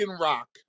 rock